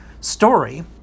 story